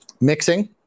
Mixing